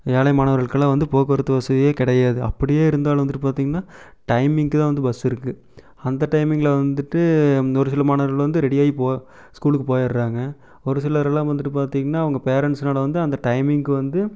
ஏழை மாணவர்க்கெலாம் வந்து போக்குவரத்து வசதியே கிடயாது அப்படியே இருந்தாலும் வந்துட்டு பார்த்திங்னா டைமிங்க்கு தான் வந்து பஸ் இருக்குது அந்த டைமிங்கில் வந்துட்டு ஒரு சில மாணவர்கள் வந்து ரெடியாகி போ ஸ்கூலுக்கு போயிடராங்க ஒரு சிலர் எல்லாம் வந்துட்டு பார்த்திங்னா அவங்க பேரெண்ட்ஸ்னாலே வந்து அந்த டைமிங்க்கு வந்து